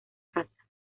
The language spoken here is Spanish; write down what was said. casa